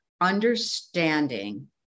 understanding